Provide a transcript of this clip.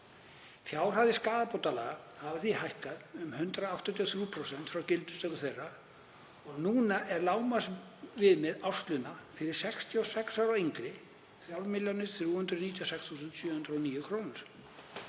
Fjárhæðir skaðabótalaga hafa því hækkað um 183% frá gildistöku þeirra og núna er lágmarksviðmið árslauna fyrir 66 ára og yngri 3.396.709 kr.